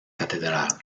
catedral